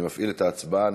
אני מפעיל את ההצבעה.